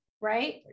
right